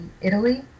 Italy